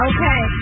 Okay